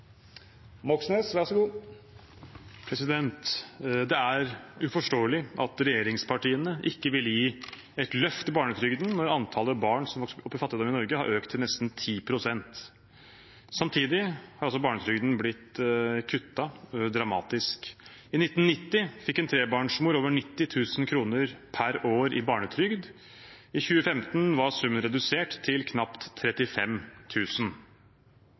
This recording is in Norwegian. Det er uforståelig at regjeringspartiene ikke vil gi et løft i barnetrygden, når antallet barn som vokser opp i fattigdom i Norge, har økt til nesten 10 pst. Samtidig har altså barnetrygden blitt kuttet dramatisk. I 1990 fikk en trebarnsmor over 90 000 kr per år i barnetrygd. I 2015 var summen redusert til